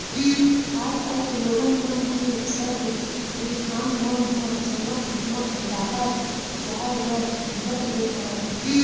आज कल के लोगन मन के सब रुझान मन ह चमक धमक डाहर जाय बर धर ले हवय